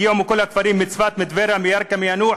הגיעו מכל הכפרים, מצפת, מטבריה, מירכא, מיאנוח,